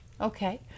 okay